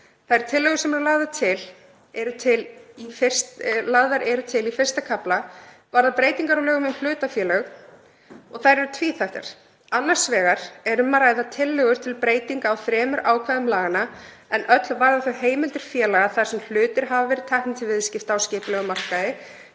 Þær tillögur sem eru lagðar til í I. kafla varða breytingar á lögum um hlutafélög og þær eru tvíþættar. Annars vegar er um að ræða tillögur til breytinga á þremur ákvæðum laganna er öll varða heimildir félaga þar sem hlutir hafa verið teknir til viðskipta á skipulegum markaði